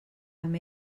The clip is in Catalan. amb